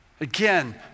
Again